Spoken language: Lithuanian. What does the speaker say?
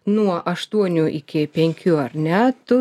nuo aštuonių iki penkių ar ne tu